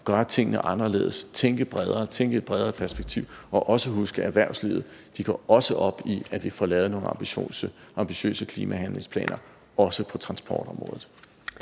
gøre tingene anderledes, tænke bredere, tænke i et bredere perspektiv og også huske, at erhvervslivet også går op i, at vi får lavet nogle ambitiøse handlingsplaner, også på transportområdet.